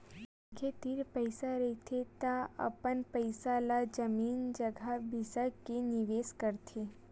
मनखे तीर पइसा रहिथे त अपन पइसा ल जमीन जघा बिसा के निवेस करथे